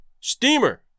Steamer